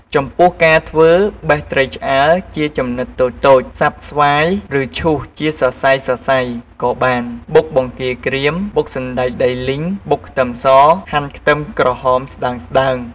ចំពោះការធ្វើ បេះត្រីឆ្អើរជាចំណិតតូចៗ សាប់ស្វាយឬឈូសជាសសៃៗក៏បាន បុកបង្គារក្រៀម បុកសណ្តែកដីលីង បុកខ្ទឹមស ហាន់ខ្ទឹមក្រហមស្តើងៗ